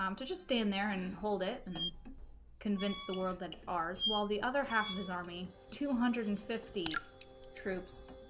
um two just stand there and hold it and convince the world that it's ours while the other half of his army two hundred and fifty troops